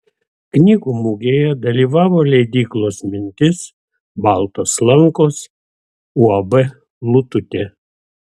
knygų mugėje dalyvavo leidyklos mintis baltos lankos uab lututė